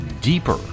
Deeper